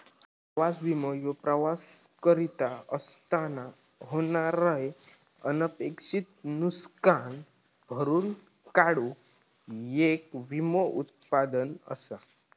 प्रवास विमो ह्यो प्रवास करीत असताना होणारे अनपेक्षित नुसकान भरून काढूक येक विमो उत्पादन असा